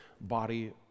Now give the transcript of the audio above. body